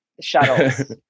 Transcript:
shuttles